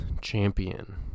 champion